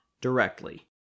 directly